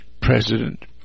president